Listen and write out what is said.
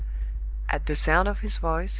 at the sound of his voice,